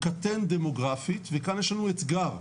קטן דמוגרפית, וכאן יש לנו אתגר,